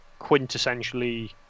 quintessentially